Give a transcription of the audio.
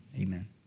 Amen